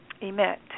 emit